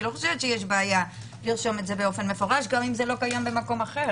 אני לא חושבת שיש בעיה לרשום זאת מפורשות גם אם זה לא קיים באופן אחר.